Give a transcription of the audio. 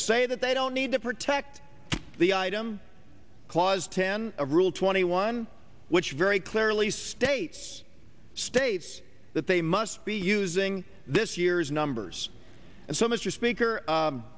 say that they don't need to protect the item clause ten of rule twenty one which very clearly states states that they must be using this year's numbers and so mr speaker